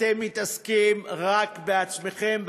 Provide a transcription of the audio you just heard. אתם מתעסקים רק בעצמכם,